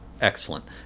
excellent